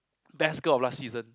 best girl of last season